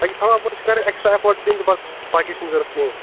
باقٕے تھوڑا بہت چھُ کَرن ایٚکسٹرٛا ایٚفوٹ دِنۍ بَس باقی چھُنہٕ ضروٗرت کہیٖنٛی